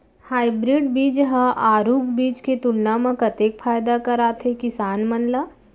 Hybrid बीज हा आरूग बीज के तुलना मा कतेक फायदा कराथे किसान मन ला?